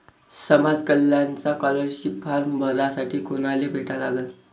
समाज कल्याणचा scholarship form भरासाठी कुनाले भेटा लागन?